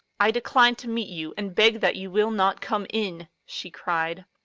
i decline to meet you, and beg that you will not come in, she cried.